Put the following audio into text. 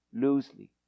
Loosely